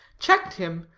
checked him,